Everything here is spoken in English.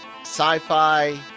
sci-fi